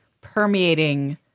permeating